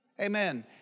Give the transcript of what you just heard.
Amen